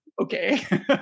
Okay